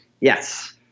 yes